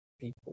people